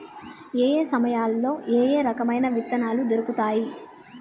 ఏయే సమయాల్లో ఏయే రకమైన విత్తనాలు దొరుకుతాయి?